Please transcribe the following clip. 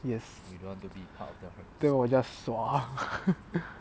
yes then 我 just sua